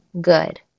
good